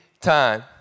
time